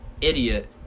idiot